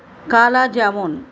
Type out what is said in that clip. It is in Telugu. కాలా జామూన్